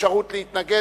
אפשרות להתנגד.